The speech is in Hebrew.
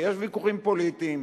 ויש ויכוחים פוליטיים.